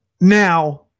Now